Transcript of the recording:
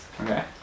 Okay